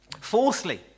Fourthly